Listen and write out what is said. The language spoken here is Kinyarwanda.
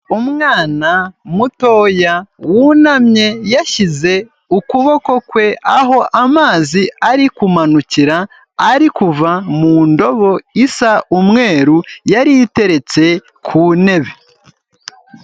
Umwana mutoya wunamye yashyize ukuboko kwe aho amazi ari kumanukir,a ari kuva mu ndobo isa umweru yari iteretse ku ntebe.